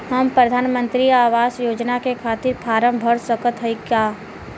हम प्रधान मंत्री आवास योजना के खातिर फारम भर सकत हयी का?